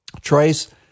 Trace